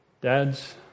Dads